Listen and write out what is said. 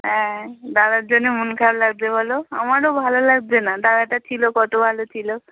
হ্যাঁ দাদার জন্য মন খারাপ লাগযে বলো আমারও ভালো লাগযে না দাদাটা ছিলো কত ভালো ছিলো